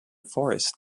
forest